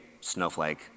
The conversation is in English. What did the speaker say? Snowflake